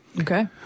Okay